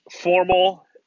formal